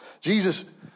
Jesus